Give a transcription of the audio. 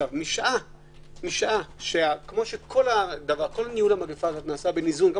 כפי שכל ניהול המגפה הזאת נעשה באיזון גם